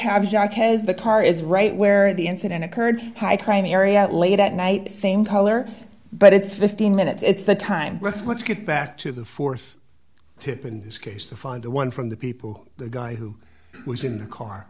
has the car is right where the incident occurred high crime area out late at night same color but it's fifteen minutes it's the time let's let's get back to the th tip in this case to find the one from the people the guy who was in the car